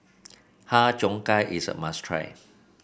Har Cheong Gai is a must try